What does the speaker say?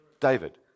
David